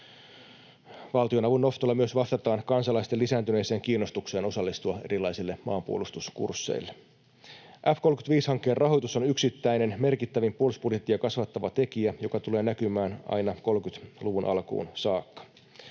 Valtionavun nostolla myös vastataan kansalaisten lisääntyneeseen kiinnostukseen osallistua erilaisille maanpuolustuskursseille. F-35-hankkeen rahoitus on merkittävin yksittäinen puolustusbudjettia kasvattava tekijä, joka tulee näkymään aina 30-luvun alkuun saakka.